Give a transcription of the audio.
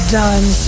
done